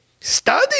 Study